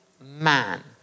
man